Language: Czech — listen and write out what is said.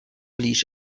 blíž